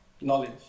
knowledge